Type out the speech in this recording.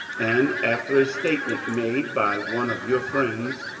and after a statement made by one of your friends,